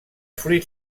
fruits